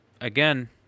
again